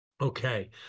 Okay